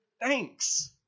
thanks